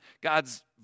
God's